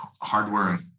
hardware